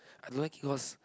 I don't like it was